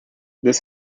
this